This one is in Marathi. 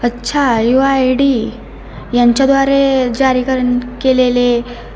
अच्छा युआ आय डी यांच्याद्वारे जारीकरण केलेले